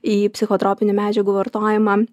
į psichotropinių medžiagų vartojimą